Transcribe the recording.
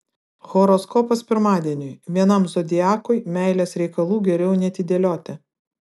horoskopas pirmadieniui vienam zodiakui meilės reikalų geriau neatidėlioti